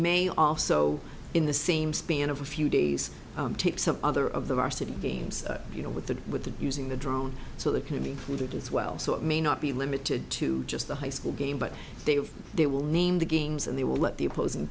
may also in the same span of a few days take some other of the varsity games you know with the with the using the drone so they can be with it as well so it may not be limited to just the high school game but they will name the games and they will let the opposing